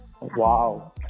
Wow